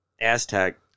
Aztec